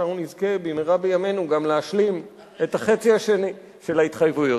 שאנחנו נזכה במהרה בימינו גם להשלים את החצי השני של ההתחייבויות.